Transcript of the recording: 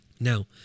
Now